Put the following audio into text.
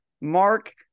Mark